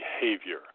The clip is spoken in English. behavior